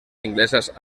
inglesas